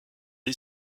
est